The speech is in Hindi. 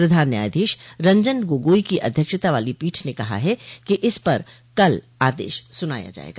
प्रधान न्यायाधीश रंजन गोगोई की अध्यक्षता वाली पीठ ने कहा है कि इस पर कल आदेश सुनाया जायेगा